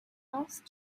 lost